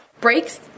Breaks